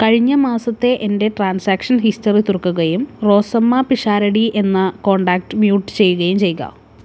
കഴിഞ്ഞ മാസത്തെ എൻ്റെ ട്രാൻസാക്ഷൻ ഹിസ്റ്ററി തുറക്കുകയും റോസമ്മ പിഷാരടി എന്ന കോൺടാക്റ്റ് മ്യൂട്ട് ചെയ്യുകയും ചെയ്യുക